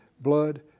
Blood